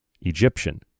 Egyptian